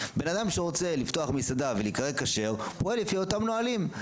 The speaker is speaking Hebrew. בן אדם שרוצה לפתוח מסעדה ולהיקרא כשר פועל לפי אותם נהלים.